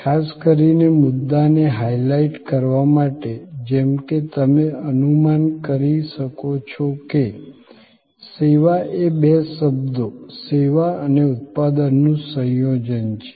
ખાસ કરીને મુદ્દાને હાઈલાઈટ કરવા માટે જેમ કે તમે અનુમાન કરી શકો છો કે સેવા એ બે શબ્દો સેવા અને ઉત્પાદનનું સંયોજન છે